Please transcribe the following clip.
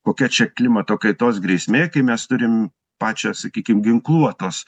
kokia čia klimato kaitos grėsmė kai mes turim pačią sakykim ginkluotos